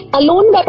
alone